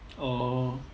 oh